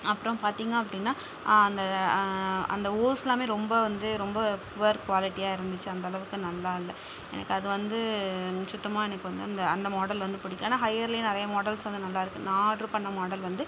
அப்புறம் பார்த்தீங்க அப்படின்னா அந்த அந்த ஹோஸ்லாமே ரொம்ப வந்து ரொம்ப புவர் குவாலிட்டியா இருந்துச்சு அந்தளவுக்கு நல்லா இல்லை எனக்கு அது வந்து சுத்தமாக எனக்கு வந்து அந்த அந்த மாடல் வந்து பிடிக்கல ஆனால் ஹையர்லேயே நிறைய மாடல்ஸ் வந்து நல்லாயிருக்கு நான் ஆர்டர் பண்ண மாடல் வந்து